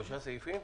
שלושה סעיפים?